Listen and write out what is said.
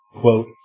quote